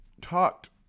talked